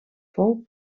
fou